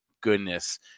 goodness